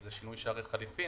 אם זה שינוי שערי חליפין